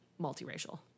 multiracial